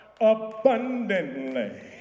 abundantly